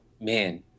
Man